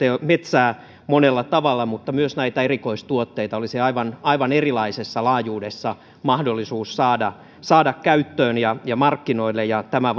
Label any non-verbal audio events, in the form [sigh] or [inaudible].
metsää monella tavalla mutta myös näitä erikoistuotteita olisi aivan aivan erilaisessa laajuudessa mahdollisuus saada saada käyttöön ja ja markkinoille ja tämä [unintelligible]